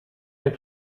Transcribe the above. est